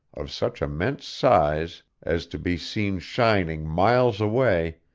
of such immense size as to be seen shining miles away,